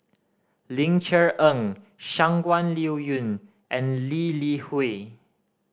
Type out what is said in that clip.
Ling Cher Eng Shangguan Liuyun and Lee Li Hui